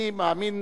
אני מאמין,